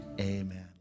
amen